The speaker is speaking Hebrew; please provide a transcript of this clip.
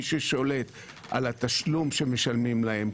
מי ששולט על התשלום שמשלמים להם,